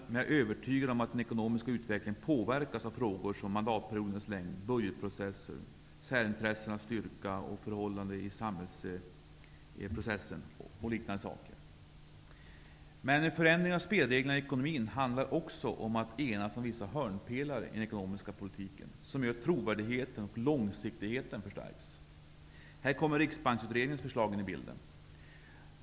Men jag är övertygad om att den ekonomiska utvecklingen påverkas av frågor som mandatperiodernas längd, budgetprocessen, särintressenas styrka, förhållanden i samhällsprocessen, etc. Men förändringar av spelreglerna i ekonomin handlar också om att enas om vissa hörnpelare i den ekonomiska politiken som gör att trovärdigheten och långsiktigheten förstärks. Här kommer Riksbanksutredningens förslag in i bilden.